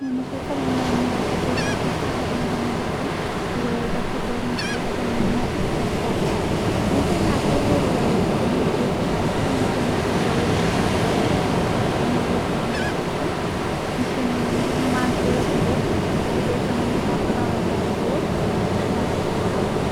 انا شايفه أن الاعتذار لشخص حاجه مهمه جدا والاعتزار مش بيقلل منك خالص ممكن نعتذر بكلمه اسف عادي ممكن نكتب جواب لحد لو احنا مش قادرين نقوله الكلام ده في وشه ممكن نجبله معاه هديه حلوه الهديه كمان بتعبر عن الاعتذار ااا بس